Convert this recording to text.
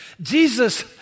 Jesus